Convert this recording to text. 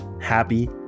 happy